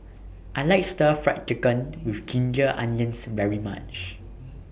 I like Stir Fry Chicken with Ginger Onions very much